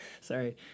sorry